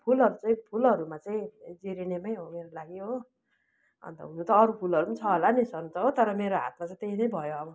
फुलहरू चाहिँ फुलहरूमा चाहिँ जेरेनियमै हो मेरो लागि हो अन्त हुनु त अरू फुलहरू छ होला नि छन त हो तर मेरो हातमा चाहिँ त्यहीँ नै भयो अब